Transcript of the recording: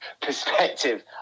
perspective